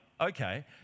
okay